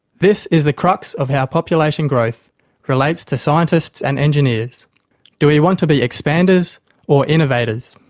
this is the crux of how population growth relates to scientists and engineers do we want to be expanders or innovators?